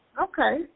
Okay